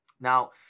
Now